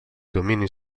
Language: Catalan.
domini